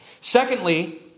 Secondly